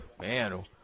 Man